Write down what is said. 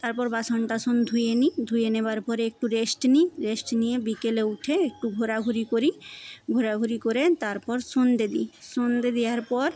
তারপর বাসন টাসন ধুয়ে নিই ধুয়ে নেবার পরে একটু রেস্ট নিই রেস্ট নিয়ে বিকেলে উঠে একটু ঘোরাঘুরি করি ঘোরাঘুরি করে তারপর সন্ধ্যে দিই সন্ধ্যে দেওয়ার পর